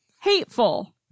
Hateful